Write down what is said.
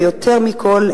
ויותר מכול,